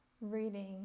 reading